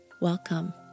Welcome